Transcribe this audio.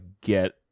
get